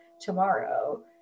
tomorrow